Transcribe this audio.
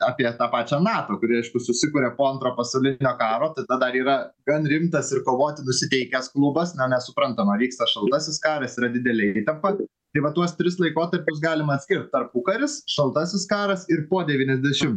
apie tą pačią nato kuri aišku susikuria po antro pasaulinio karo tai ta dar yra gan rimtas ir kovoti nusiteikęs klubas na nes suprantama vyksta šaltasis karas yra didelė įtampa tai va tuos tris laikotarpius galima atskirt tarpukaris šaltasis karas ir po devyniasdešim